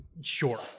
Sure